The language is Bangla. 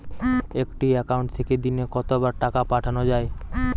একটি একাউন্ট থেকে দিনে কতবার টাকা পাঠানো য়ায়?